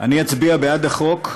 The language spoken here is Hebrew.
אני אצביע בעד החוק,